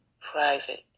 private